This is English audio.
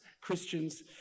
Christians